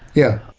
yeah.